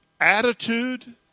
Attitude